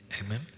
Amen